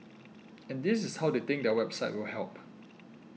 and this is how they think their website will help